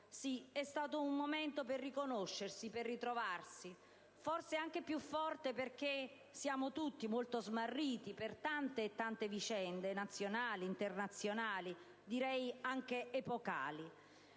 Sì, è stato un momento per riconoscersi, per ritrovarsi, forse anche più forte ora, perché siamo tutti molto smarriti per tante e tante vicende, nazionali, internazionali, anche epocali,